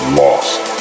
lost